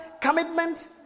commitment